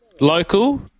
local